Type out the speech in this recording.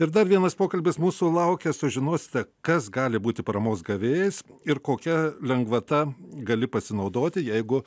ir dar vienas pokalbis mūsų laukia sužinosite kas gali būti paramos gavėjais ir kokia lengvata gali pasinaudoti jeigu